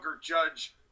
judge